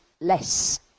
less